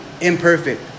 imperfect